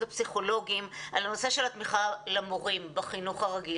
הפסיכולוגים על הנושא של התמיכה למורים בחינוך הרגיל.